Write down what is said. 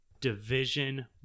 Division